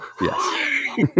Yes